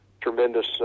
tremendous